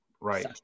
right